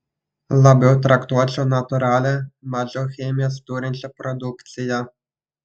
labiau traktuočiau natūralią mažiau chemijos turinčią produkciją